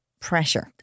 pressure